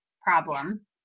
problem